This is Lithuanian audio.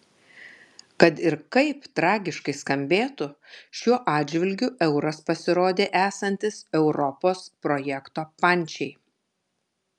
kad ir kaip tragiškai skambėtų šiuo atžvilgiu euras pasirodė esantis europos projekto pančiai